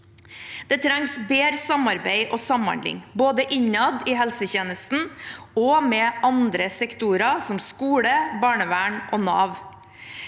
Det trengs bedre samarbeid og samhandling, både innad i helsetjenesten og med andre sektorer, som skole, barnevern og Nav.